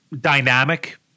dynamic